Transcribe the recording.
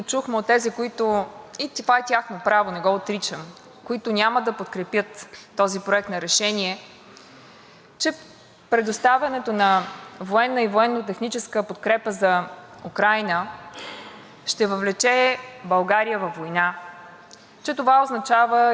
че предоставянето на военна и военно-техническа подкрепа за Украйна ще въвлече България във война, че това означава изпращането на войници – това просто не е вярно. Напротив – неподкрепата на Украйна,